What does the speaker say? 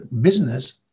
business